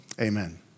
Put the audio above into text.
amen